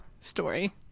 story